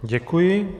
Děkuji.